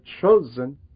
chosen